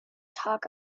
talk